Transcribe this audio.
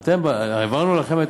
עובדה שאתה